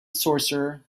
sorcerer